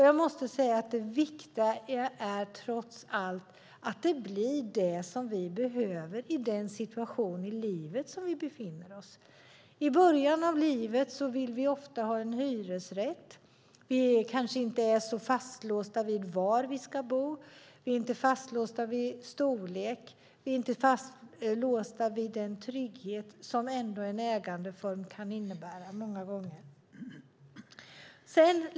Jag måste säga att det viktiga trots allt är att vi får det boende som vi behöver i den situation i livet som vi befinner oss i. I början av livet vill vi ofta ha en hyresrätt. Vi kanske inte är så fastlåsta vid var vi ska bo, inte fastlåsta vid storlek och inte fastlåsta vid den trygghet som en ägandeform många gånger kan innebära.